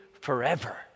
forever